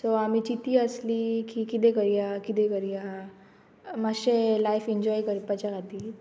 so आमी चिती आसली की किदें करया किदें करया मातशें लायफ इन्जॉय करपाच्या खातीर